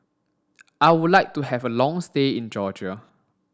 I would like to have a long stay in Georgia